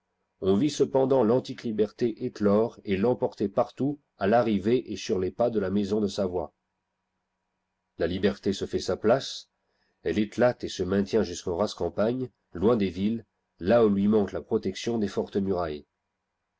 on vit cependant l'antique liberté éclore et l'emporter partout à l'arrivée et sur les pas de la maison de savoie la liberté se fait sa place elle éclate et se maintient jusqu'en rase campagne loin des villes là où lui manque la protection des fortes murailles